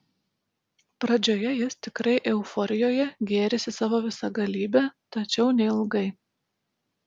pradžioje jis tikrai euforijoje gėrisi savo visagalybe tačiau neilgai